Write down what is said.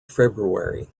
february